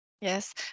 Yes